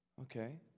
Okay